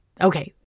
okay